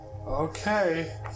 Okay